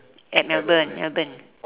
at melbourne melbourne